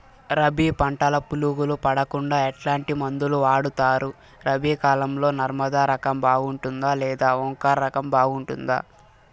రబి పంటల పులుగులు పడకుండా ఎట్లాంటి మందులు వాడుతారు? రబీ కాలం లో నర్మదా రకం బాగుంటుందా లేదా ఓంకార్ రకం బాగుంటుందా?